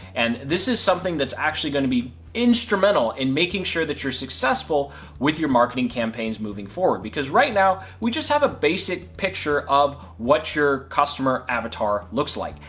and this is something that's going to be instrumental in making sure that you're successful with your marketing campaigns moving forward. because right now, we just have a basic picture of what your customer avatar looks like.